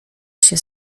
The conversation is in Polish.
się